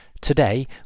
Today